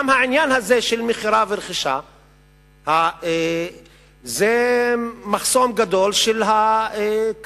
גם העניין הזה של מכירה ורכישה זה מחסום גדול של הקרקע,